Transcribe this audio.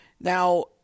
Now